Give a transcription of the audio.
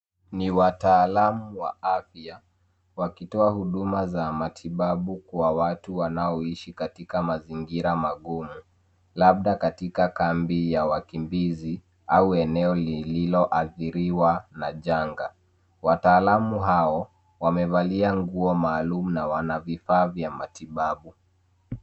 Ni wataalam wa afya wakitoa huduma za matibabu kwa watu wanaoishi katika mazingira magumu. Labda katika kambi ya wakimbizi au eneo lililoathiriwa na janga. Wataalam hao wanevalia nguo maalum na wana vifaa vya matibabu.